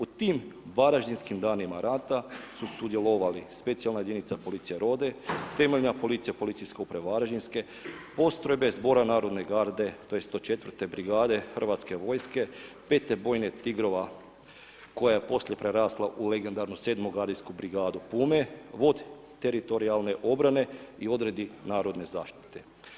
U tim varaždinskim danima rata su sudjelovali specijalna jedinica policija rode, temeljna policija Policijske uprave Varaždinske, postrojbe zbora narodne garde, tj. 104 brigade Hrvatske vojske, 5. bojne Tigrova koja je poslije prerasla u legendarnu 7. gardijsku brigadu Pume, vod teritorijalne obrane i odredi narodne zaštite.